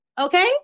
Okay